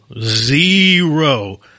Zero